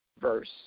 verse